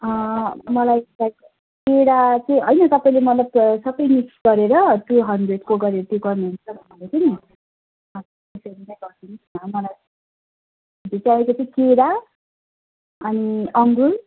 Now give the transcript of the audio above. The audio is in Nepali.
मलाई चाहिएको केरा चाहिँ अलिक तपाईँले सबै मिक्स गरेर टु हन्ड्रेडको गरिदिनु गर्नुहुन्छ भनेको थिएँ मैले हवस् त्यो मिलाई गरिदिनुहोस् न मलाई विशेष चाहिएको चाहिँ केरा अनि अङ्गुर